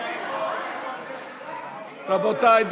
רבותי,